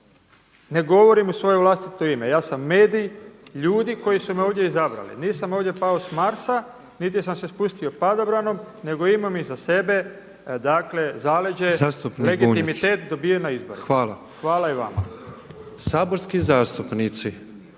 ne govorim u svoje vlastito ime. Ja sam medij ljudi koji su me ovdje izabrali, nisam ovdje pao s Marsa niti sam se spustio padobranom, nego imam iza sebe, dakle zaleđe, legitimitet dobiven na izborima. …/Upadica predsjednik: Zastupnik